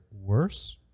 worse